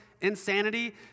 insanity